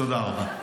תודה רבה.